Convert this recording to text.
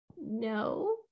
No